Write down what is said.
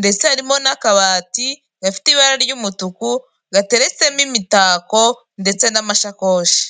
ndetse harimo n'akabati gafite ibara ry'umutuku, gateretsemo imitako ndetse n'amashakoshi.